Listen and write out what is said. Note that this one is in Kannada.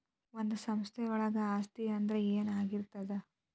ಒಂದು ಸಂಸ್ಥೆಯೊಳಗ ಆಸ್ತಿ ಅಂದ್ರ ಏನಾಗಿರ್ತದ?